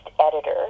editor